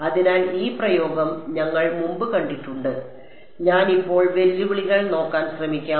അതിനാൽ ഈ പ്രയോഗം ഞങ്ങൾ മുമ്പ് കണ്ടിട്ടുണ്ട് ഞാൻ ഇപ്പോൾ വെല്ലുവിളികൾ നോക്കാൻ ശ്രമിക്കാം